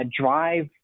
drive